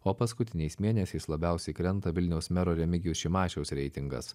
o paskutiniais mėnesiais labiausiai krenta vilniaus mero remigijaus šimašiaus reitingas